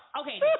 okay